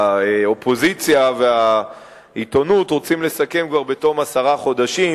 האופוזיציה והעיתונות רוצות לסכם בתום עשרה חודשים,